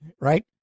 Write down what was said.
right